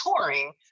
touring